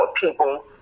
people